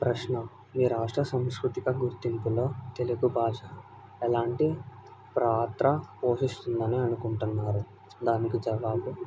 ప్రశ్న మీ రాష్ట్ర సంస్కృతిక గుర్తింపులో తెలుగు భాష ఎలాంటి ప్రాత్ర పోషిస్తుందని అనుకుంటున్నారు దానికి జవాబు